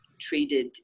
treated